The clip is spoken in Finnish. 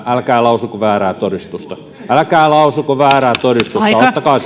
älkää lausuko väärää todistusta älkää lausuko väärää todistusta ottakaa